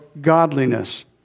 godliness